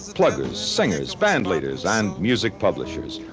pluggers, singers, bandleaders and music publishers,